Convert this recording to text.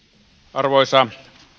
arvoisa